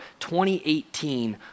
2018